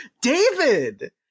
David